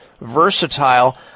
versatile